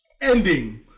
ending